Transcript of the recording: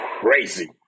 crazy